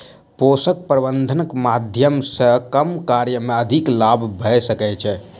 पोषक प्रबंधनक माध्यम सॅ कम कार्य मे अधिक लाभ भ सकै छै